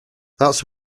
that’s